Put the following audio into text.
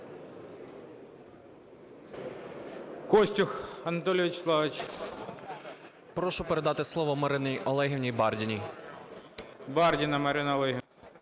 Прошу передати слово Марині Олегівні Бардіній.